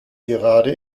gerade